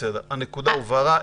הנקודה הובהרה.